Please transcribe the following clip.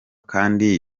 kandi